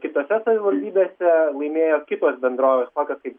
kitose savivaldybėse laimėjo kitos bendrovės tokios kaip